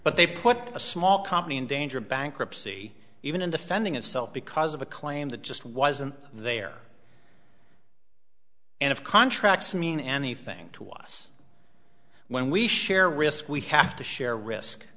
but they put a small company in danger of bankruptcy even in defending itself because of a claim that just wasn't there and of contracts mean anything to us when we share risk we have to share risk